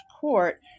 court